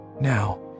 now